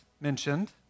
mentioned